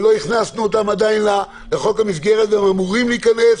שעדיין לא הכנסנו אותם לחוק המסגרת והם אמורים להיכנס.